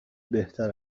بهتر